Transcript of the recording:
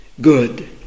good